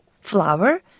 Flower